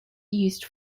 used